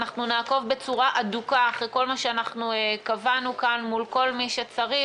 אנחנו נעקוב בצורה הדוקה אחרי כל מה שאנחנו קבענו כאן מול כל מי שצריך,